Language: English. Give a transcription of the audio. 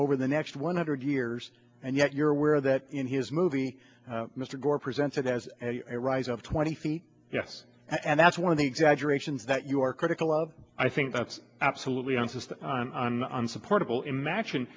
over the next one hundred years and yet you're aware that in his movie mr gore presented as a rise of twenty feet yes and that's one of the exaggerations that you are critical of i think that's absolutely insist on unsupportable imagine